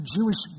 Jewish